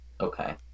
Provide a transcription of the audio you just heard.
Okay